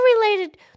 related